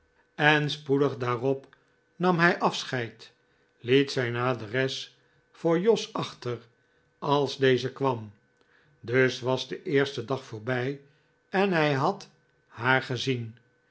en spoedig daarop nam hij afscheid liet zijn adres voor jos achter als deze kwam dus was de eerste dag voorbij en hij had haar gezien